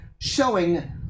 showing